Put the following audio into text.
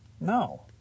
No